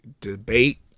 debate